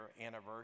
anniversary